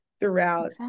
throughout